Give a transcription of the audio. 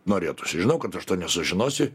norėtųsi žinau kad aš to nesužinosiu